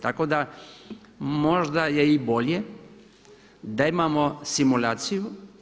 Tako da možda je i bolje da imamo simulaciju.